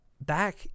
Back